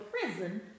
prison